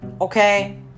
Okay